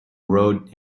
road